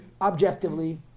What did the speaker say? objectively